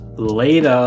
Later